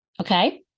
Okay